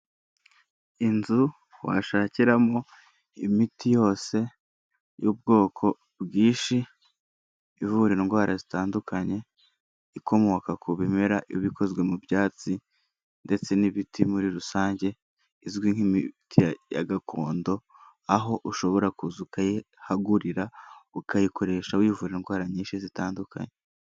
Inzu washakiramo imiti yose y'ubwoko bwinshi ivura indwara zitandukanye, ikomoka ku bimera iba ikozwe mu byatsi ndetse n'ibiti muri rusange izwi nk'imiti ya gakondo, aho ushobora kuza ukayihagurira ukayikoresha wivura indwara nyinshi zitandukanye.